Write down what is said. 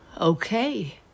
Okay